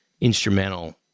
instrumental